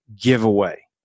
giveaway